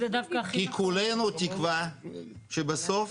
כי כולנו תקווה שבסוף